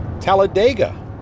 Talladega